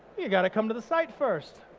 you got to come to the site first.